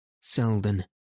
Selden